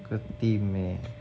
soccer team leh